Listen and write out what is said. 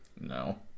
No